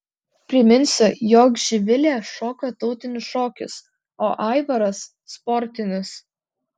priminsiu jog živilė šoka tautinius šokius o aivaras sportinius